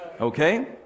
Okay